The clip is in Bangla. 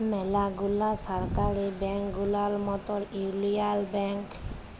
ম্যালা গুলা সরকারি ব্যাংক গুলার মতল ইউলিয়াল ব্যাংক